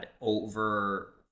over